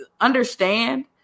understand